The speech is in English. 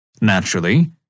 Naturally